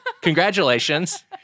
congratulations